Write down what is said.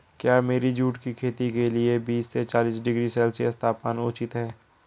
क्या मेरी जूट की खेती के लिए बीस से चालीस डिग्री सेल्सियस तापमान उचित है?